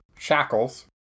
Shackles